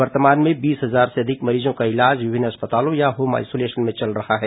वर्तमान में बीस हजार से अधिक मरीजों का इलाज विभिन्न अस्पतालों या होम आइसोलेशन में चल रहा है